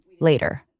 later